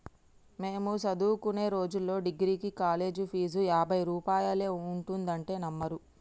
మేము చదువుకునే రోజుల్లో డిగ్రీకి కాలేజీ ఫీజు యాభై రూపాయలే ఉండేదంటే నమ్మరు